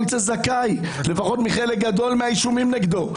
ייצא זכאי לפחות מחלק גדול מהאישומים נגדו.